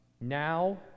now